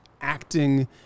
acting